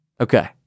Okay